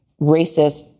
racist